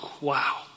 wow